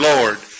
Lord